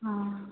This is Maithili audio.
हँ